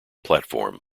platform